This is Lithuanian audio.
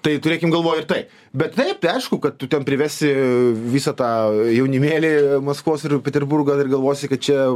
tai turėkim galvoj ir tai bet taip tai aišku kad tu ten privesi visą tą jaunimėlį maskvos ir peterburgo ir galvosi kad čia